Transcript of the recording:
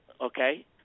okay